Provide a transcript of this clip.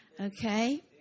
okay